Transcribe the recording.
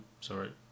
sorry